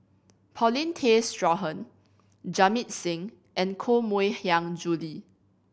Paulin Tay Straughan Jamit Singh and Koh Mui Hiang Julie